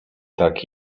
tak